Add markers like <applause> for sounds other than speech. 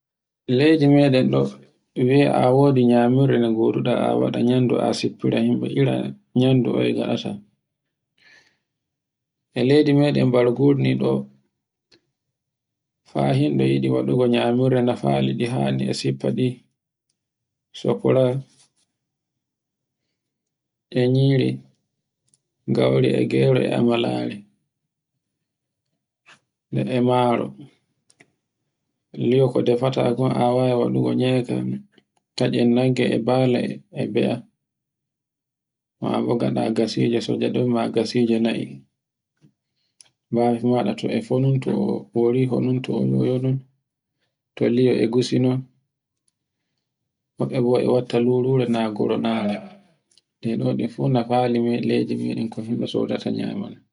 Leydi meɗen <noise> ɗo wi'a a wodi nyamirɗe nde goduɗa a waɗa nyandu a sippira himɓe, ira nyandu oye ngaɗata. E leydi meɗen bargore ni ɗo fa himɓe yiɗi waɗugo nyamunɗe nafali ɗi hani e siffaɗi, sokora, e nyiri gauri e gero e amalari, nden e maro. Li'o ko defata kon a wawi waɗugo nyaika, tatcen nagge e bala, e be'a, mabo gaɗa gasijo sotca ɗum ma gasije na'i. Bafi maɗa to e fanin to woriho non to oyoyo nun, to li'o ogusi non, woɓɓe bo e watta lurure na gure na <noise> e ɗoɗen fu nafali leydi meɗen ko himɓe sodata nyama non.